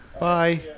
bye